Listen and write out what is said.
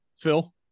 Phil